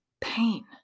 pain